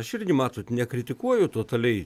aš irgi matot nekritikuoju totaliai